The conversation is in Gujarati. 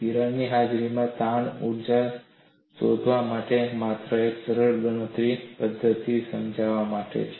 તિરાડની હાજરીમાં તાણ ઊર્જા શોધવા માટે આ માત્ર એક સરળ ગણતરી પદ્ધતિ સમજાવવા માટે છે